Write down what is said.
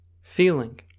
feeling